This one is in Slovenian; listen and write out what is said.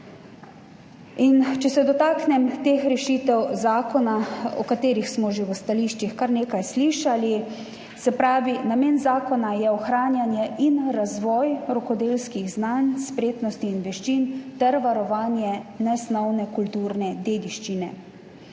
Če se dotaknem rešitev zakona, o katerih smo že v stališčih kar nekaj slišali. Namen zakona je ohranjanje in razvoj rokodelskih znanj, spretnosti in veščin ter varovanje nesnovne kulturne dediščine.